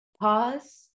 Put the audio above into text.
pause